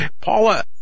Paula